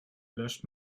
löscht